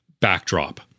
backdrop